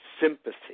sympathy